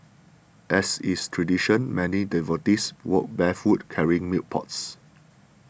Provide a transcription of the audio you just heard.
as is tradition many devotees walked barefoot carrying milk pots